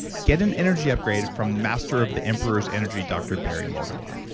get an energy upgrade from the master of the emperor's energy dr. barry morguelan.